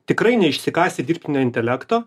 tikrai ne išsikasę dirbtinio intelekto